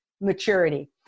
maturity